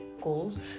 goals